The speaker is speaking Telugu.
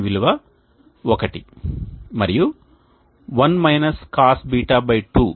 దీని విలువ 1 మరియు 1 Cosβ 2 కంటే చాలా తక్కువ